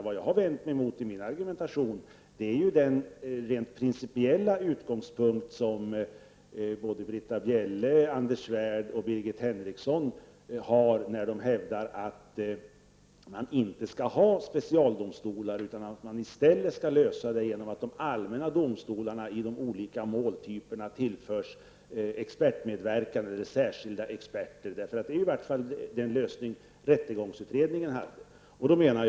Vad jag vänt mig mot i min argumentation är den principiella utgångspunkt som både Britta Bjelle, Anders Svärd och Birgit Henriksson har när de hävdar att man inte skall ha specialdomstolar utan man i stället skall lösa frågan genom att de allmänna domstolarna i olika typer av mål tillförs expertmedverkan. Det är i varje fall den lösning som rättegångsutredningen förordar.